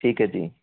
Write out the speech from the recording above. ਠੀਕ ਹੈ ਜੀ